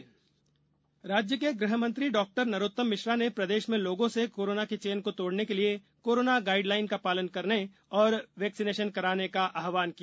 corona guideline राज्य के गृह मंत्री डॉक्टर नरोत्तम मिश्रा ने प्रदेश में लोगों से कोरोना की चेन को तोड़ने के लिए कोरोना गाइड लाइन का पालन करने और वैक्सीनेशन कराने का आहवान किया